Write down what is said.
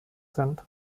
sind